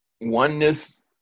Oneness